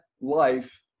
life